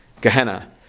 Gehenna